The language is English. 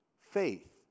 faith